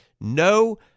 No